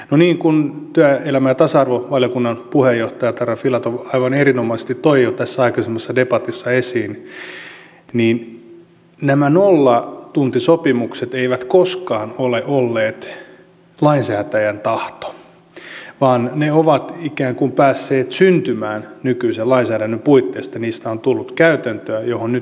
no niin kuin työelämä ja tasa arvovaliokunnan puheenjohtaja tarja filatov aivan erinomaisesti toi jo tässä aikaisemmassa debatissa esiin nämä nollatuntisopimukset eivät koskaan ole olleet lainsäätäjän tahto vaan ne ovat ikään kuin päässeet syntymään nykyisen lainsäädännön puitteissa niistä on tullut käytäntöä johon nyt pitäisi puuttua